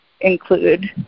include